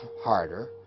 harder